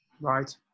Right